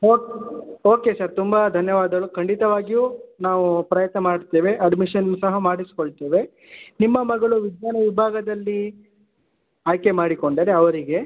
ಓ okay sir ತುಂಬ ಧನ್ಯವಾದಗಳು ಖಂಡಿತವಾಗಿಯೂ ನಾವು ಪ್ರಯತ್ನ ಮಾಡ್ತೇವೆ ಅಡ್ಮಿಷನ್ ಸಹ ಮಾಡಿಸಿಕೊಳ್ತೇವೆ ನಿಮ್ಮ ಮಗಳು ವಿಜ್ಞಾನ ವಿಭಾಗದಲ್ಲಿ ಆಯ್ಕೆ ಮಾಡಿಕೊಂಡರೆ ಅವರಿಗೆ